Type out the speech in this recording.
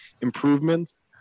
improvements